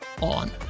on